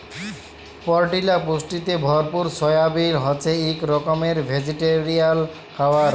পরটিল পুষ্টিতে ভরপুর সয়াবিল হছে ইক রকমের ভেজিটেরিয়াল খাবার